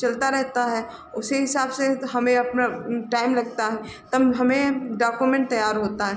चलता रहता है उसी हिसाब से हमें अपना टाइम लगता है तब हमें डॉक्यूमेन्ट तैयार होता है